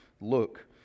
Look